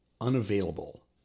unavailable